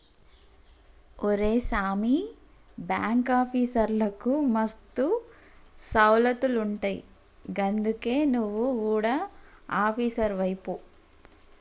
ఒరే సామీ, బాంకాఫీసర్లకు మస్తు సౌలతులుంటయ్ గందుకే నువు గుడ ఆపీసరువైపో